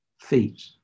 feet